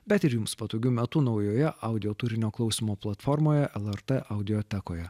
bet ir jums patogiu metu naujoje audio turinio klausymo platformoje lrt audiotekoje